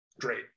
great